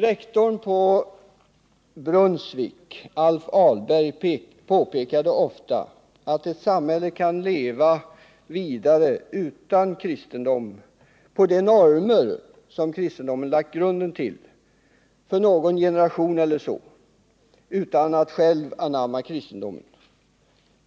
Rektorn på Brunnsvik AIf Ahlberg påpekade ofta att ett samhälle kan leva vidare utan kristendom, på de normer som kristendomen lagt grunden till, för någon generation eller så utan att självt anamma kristendomen